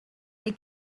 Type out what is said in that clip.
they